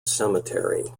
cemetery